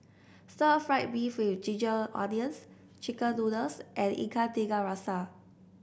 Stir Fried Beef with Ginger Onions chicken noodles and Ikan Tiga Rasa